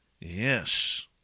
Yes